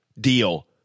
deal